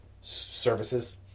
services